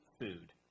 Food